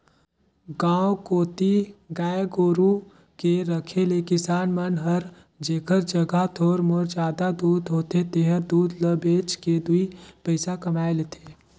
गांव कोती गाय गोरु के रखे ले किसान मन हर जेखर जघा थोर मोर जादा दूद होथे तेहर दूद ल बेच के दुइ पइसा कमाए लेथे